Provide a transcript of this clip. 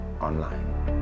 Online